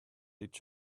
each